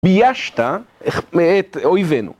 ביישת את אויבינו